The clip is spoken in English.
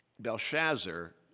Belshazzar